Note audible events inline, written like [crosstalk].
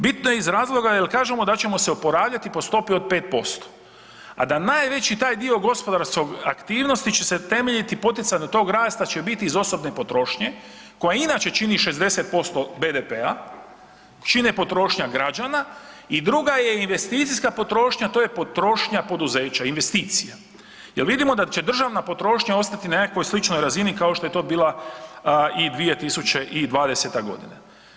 Bitno je iz razloga jer kažemo da ćemo se oporavljati po stopi od 5%, a da najveći taj dio gospodarskog aktivnosti će se temeljiti ... [unintelligible] tog rasta će biti iz osobne potrošnje koja inače čini 60% BDP-a, čine potrošnja građana i druga je investicijska potrošnja, to je potrošnja poduzeća, investicija, jel vidimo da će državna potrošnja ostati na nekakvoj sličnoj razini kao što je to bila i 2020.-ta godina.